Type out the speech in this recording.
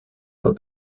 fois